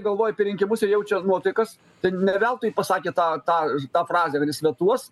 galvoja apie rinkimus ir jaučia nuotaikas tai ne veltui pasakė tą tą tą frazę vadinasi vetuos